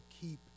keep